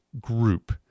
group